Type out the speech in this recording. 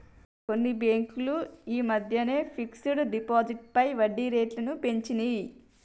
కొన్ని బ్యేంకులు యీ మద్దెనే ఫిక్స్డ్ డిపాజిట్లపై వడ్డీరేట్లను పెంచినియ్